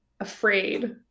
afraid